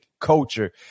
culture